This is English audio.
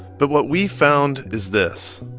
but what we found is this.